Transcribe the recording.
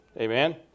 Amen